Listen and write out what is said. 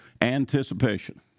anticipation